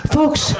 Folks